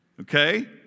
okay